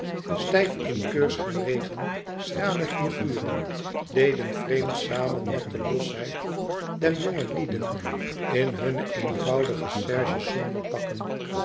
stijf in keurs geregen schrale figuren deden vreemd samen met de losheid der jonge lieden in hunne eenvoudige serge